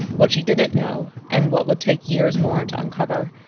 what she didn't know, and what would take years more to uncover,